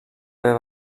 haver